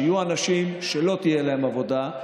שיהיו אנשים שלא תהיה להם עבודה,